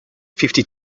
fifty